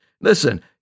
Listen